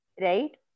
right